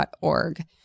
org